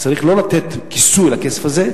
צריך לא לתת כיסוי לכסף הזה,